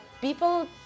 people